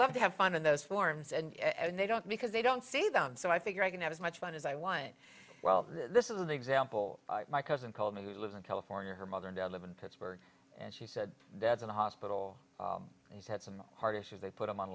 love to have fun and those forms and they don't because they don't see them so i figure i can have as much fun as i want well this is an example my cousin called me who lives in california her mother and i live in pittsburgh and she said dad's in the hospital and he's had some heart issues they put him on